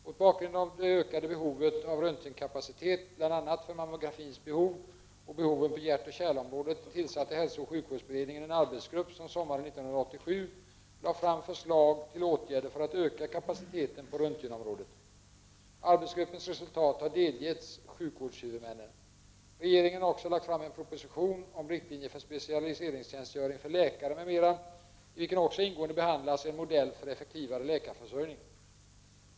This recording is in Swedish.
Mot bakgrund av det ökade behovet av röntgenkapacitet bl.a. för mammografins behov och behoven på hjärtoch kärlområdet tillsatte hälsooch sjukvårdsberedningen en arbetsgrupp som sommaren 1987 lade fram olika förslag till åtgärder för att öka kapaciteten på röntgenområdet. Arbetsgruppens resultat har delgetts sjukvårdshuvudmännen. Regeringen har också lagt fram en proposition om riktlinjer för specialiseringstjänstgöring för läkare m.m. i vilken också ingående behandlas en modell för en effektivare läkarförsörjning.